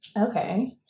Okay